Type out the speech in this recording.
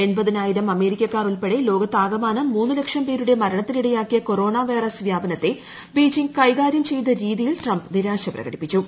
എൺപതിനായിരം അമേരിക്കക്കാർ ഉൾപ്പെടെ ലോകത്താകമാനം മൂന്ന് ലക്ഷം പേരുടെ മരണത്തിനിടയാക്കിയ കൊറോണ വൈറസ് വ്യാപനത്തെ ബെയ്ജിങ്ങ് കൈകാര്യം ചെയ്ത രീതിയിൽ ട്രംപ് നിരാശ പ്രകടിപ്പിച്ചു